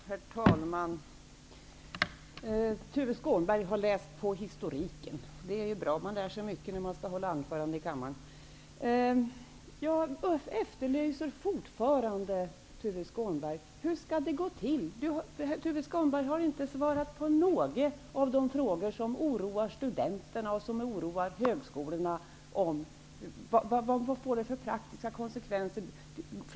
Herr talman! Jag vill först säga att Tuve Skånberg har läst på historiken, och det är bra. Man lär sig mycket när man skall hålla anföranden i kammaren. Jag efterlyser fortfarande svar från Tuve Skånberg på alla de frågor som oroar studenterna och högskolorna om vilka praktiska konsekvenser som ett avskaffande skulle få.